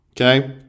okay